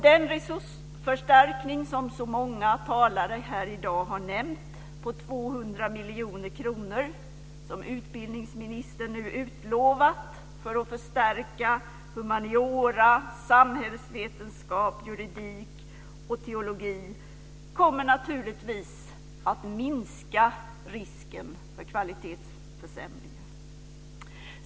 Den resursförstärkning på 200 miljoner kronor som många talare här har nämnt och som utbildningsministern nu utlovat för att förstärka humaniora, samhällsvetenskap, juridik och teologi kommer naturligtvis att minska risken för kvalitetsförsämring.